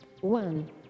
one